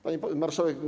Pani Marszałek!